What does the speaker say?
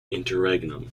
interregnum